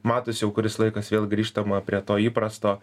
matosi jau kuris laikas vėl grįžtama prie to įprasto